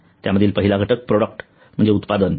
त्यामधील पहिला घटक प्रोडक्ट म्हणजे उत्पादन